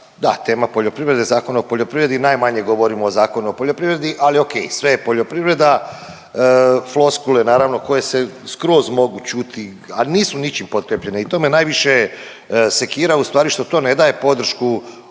Da, tema poljoprivrede, Zakon o poljoprivredi, najmanje govorimo o Zakonu o poljoprivredi, ali okej, sve je poljoprivreda, floskule naravno koje se skroz mogu čuti, a nisu ničim potkrijepljene i to me najviše sekira ustvari što to ne daje podršku onim